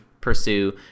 pursue